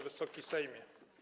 Wysoki Sejmie!